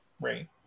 Right